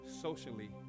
socially